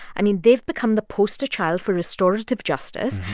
i mean, they've become the poster child for restorative justice,